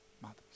mothers